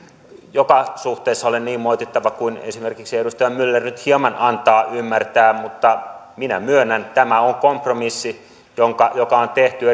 joka suhteessa ole niin moitittava kuin esimerkiksi edustaja myller nyt hieman antaa ymmärtää mutta minä myönnän että tämä on kompromissi joka on tehty